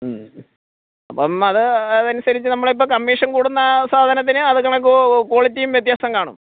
മ്മ് അപ്പം അത് അതനുസരിച്ച് നമ്മളിപ്പം കമ്മീഷന് കൂടുന്നതാണ് സാധനത്തിന് അതു കണക്ക് ക്വാളിറ്റിയും വ്യത്യാസം കാണും